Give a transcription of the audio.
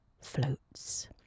floats